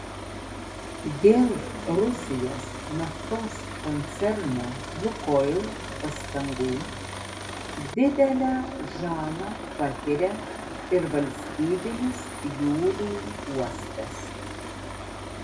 dėl rusijos naftos koncerno lukoil pastangų didelę žalą patiria ir valstybinis jūrų uostas